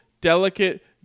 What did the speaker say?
delicate